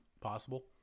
possible